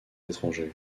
étrangers